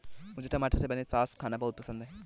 मुझे टमाटर से बने सॉस खाना बहुत पसंद है राजू